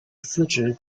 司职